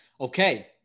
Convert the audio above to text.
Okay